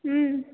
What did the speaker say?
ம்